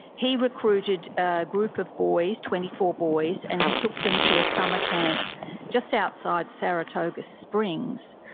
he recruited a group of boys, twenty four boys, and he took them to a summer camp just outside saratoga springs.